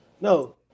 no